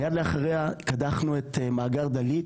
מייד לאחריה קדחנו את מאגר דלית,